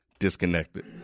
disconnected